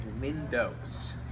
windows